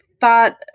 thought